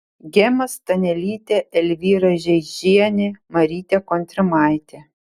gema stanelytė elvyra žeižienė marytė kontrimaitė